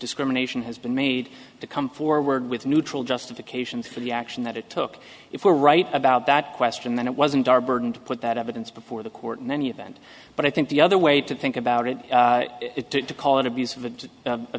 discrimination has been made to come forward with neutral justifications for the action that it took if we're right about that question then it wasn't our burden to put that evidence before the court and then you bend but i think the other way to think about it to call it abuse of a